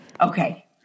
okay